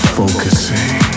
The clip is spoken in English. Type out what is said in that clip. focusing